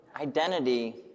identity